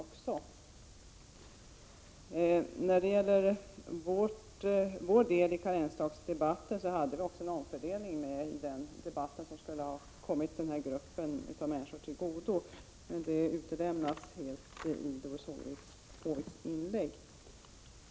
Centerpartiets förslag i karensdagsdebatten innefattade en omfördelning, som hade kommit denna grupp människor till godo, men den delen utelämnades helt i Doris Håviks inlägg.